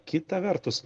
kita vertus